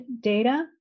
data